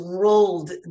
rolled